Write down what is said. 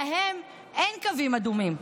להם אין קווים אדומים.